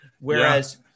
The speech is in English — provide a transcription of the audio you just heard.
Whereas